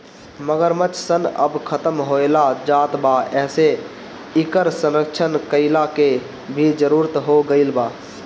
मगरमच्छ सन अब खतम होएल जात बा एसे इकर संरक्षण कईला के भी जरुरत हो गईल बा